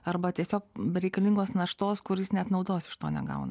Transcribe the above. arba tiesiog bereikalingos naštos kuris net naudos iš to negauna